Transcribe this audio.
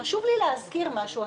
חשוב לי להזכיר משהו.